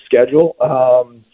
schedule